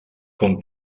con